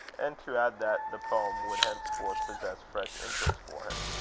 and to add, that the poem would henceforth possess fresh interest for him.